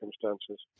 circumstances